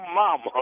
mama